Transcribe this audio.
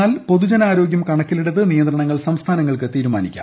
എന്നാൽ പൊതുജനാ രോഗ്യം കണക്കിലെടുത്ത് നിയന്ത്രണങ്ങൾ സംസ്ഥാനങ്ങൾക്ക് തീരുമാനിക്കാം